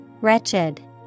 Wretched